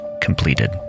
completed